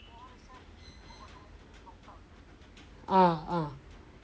ah ah